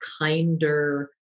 kinder